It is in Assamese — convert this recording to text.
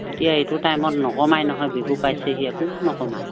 এতিয়া এইটো টাইমত নকমায় নহয় বিহু পাইছেহি একো নকমায়